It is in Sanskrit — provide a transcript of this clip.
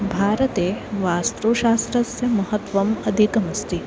भारते वास्तुशास्त्रस्य महत्वम् अधिकमस्ति